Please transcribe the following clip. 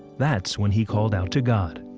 that's when he called out to god.